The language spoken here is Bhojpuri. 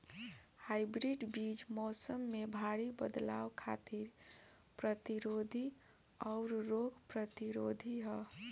हाइब्रिड बीज मौसम में भारी बदलाव खातिर प्रतिरोधी आउर रोग प्रतिरोधी ह